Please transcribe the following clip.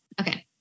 Okay